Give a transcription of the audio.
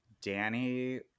Danny